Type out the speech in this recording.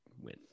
win